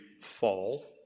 fall